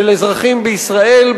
של אזרחים בישראל,